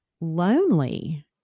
lonely